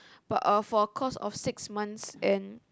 but a for a course of six months then